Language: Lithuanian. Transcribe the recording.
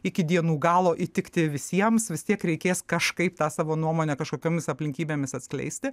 iki dienų galo įtikti visiems vis tiek reikės kažkaip tą savo nuomonę kažkokiomis aplinkybėmis atskleisti